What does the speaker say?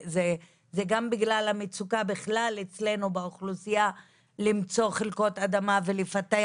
זה גם בגלל המצוקה בכלל אצלנו באוכלוסייה למצוא חלקות אדמה ולפתח